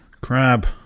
Crab